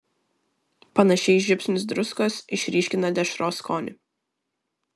panašiai žiupsnis druskos išryškina dešros skonį